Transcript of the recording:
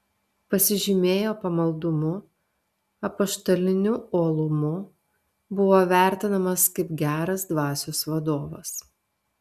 pasižymėjo pamaldumu apaštaliniu uolumu buvo vertinamas kaip geras dvasios vadovas